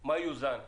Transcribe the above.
מה יוזן?